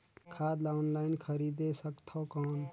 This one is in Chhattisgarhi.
खाद ला ऑनलाइन खरीदे सकथव कौन?